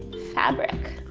fabric.